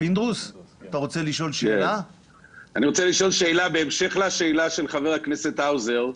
רוצה לשאול שאלה בהמשך לשאלה של חבר הכנסת האוזר.